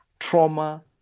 trauma